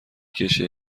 کشه